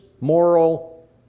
moral